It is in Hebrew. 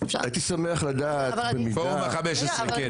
הייתי שמח לדעת במידה --- פורום ה-15, כן.